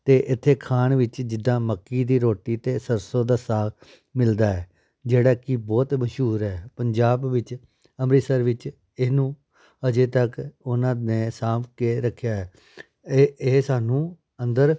ਅਤੇ ਇੱਥੇ ਖਾਣ ਵਿੱਚ ਜਿੱਦਾਂ ਮੱਕੀ ਦੀ ਰੋਟੀ ਅਤੇ ਸਰਸੋਂ ਦਾ ਸਾਗ ਮਿਲਦਾ ਹੈ ਜਿਹੜਾ ਕੀ ਬਹੁਤ ਮਸ਼ਹੂਰ ਹੈ ਪੰਜਾਬ ਵਿੱਚ ਅੰਮ੍ਰਿਤਸਰ ਵਿੱਚ ਇਹਨੂੰ ਅਜੇ ਤੱਕ ਉਹਨਾਂ ਨੇ ਸਾਂਭ ਕੇ ਰੱਖਿਆ ਹੈ ਇਹ ਇਹ ਸਾਨੂੰ ਅੰਦਰ